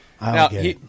Now